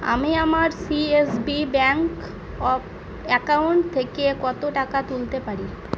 আমি আমার C S B bank account থেকে কত টাকা তুলতে পারি